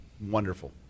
Wonderful